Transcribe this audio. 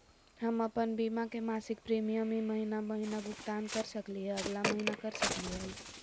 हम अप्पन बीमा के मासिक प्रीमियम ई महीना महिना भुगतान कर सकली हे, अगला महीना कर सकली हई?